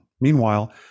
Meanwhile